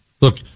Look